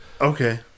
Okay